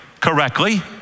correctly